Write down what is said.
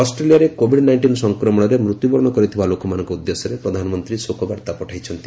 ଅଷ୍ଟ୍ରେଲିଆରେ COVID nineteen ସଂକ୍ରମଣରେ ମୃତ୍ୟୁବରଣ କରିଥିବା ଲୋକମାନଙ୍କ ଉଦ୍ଦେଶ୍ୟରେ ପ୍ରଧାନମନ୍ତ୍ରୀ ଶୋକବାର୍ତ୍ତା ପଠାଇଛନ୍ତି